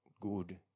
good